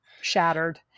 shattered